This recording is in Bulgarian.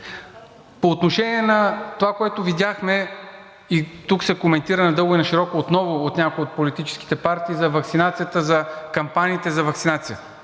По отношение на това, което видяхме, и тук се коментира надълго и нашироко отново от някои от политическите партии – за кампаниите за ваксинацията.